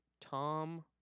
Tom